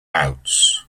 outs